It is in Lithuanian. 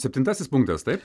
septintasis punktas taip